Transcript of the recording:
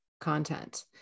content